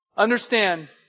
Understand